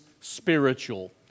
spiritual